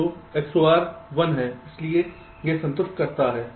तो XOR 1 है इसलिए यह संतुष्ट करता है